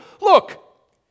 Look